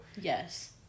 Yes